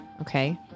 Okay